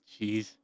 Jeez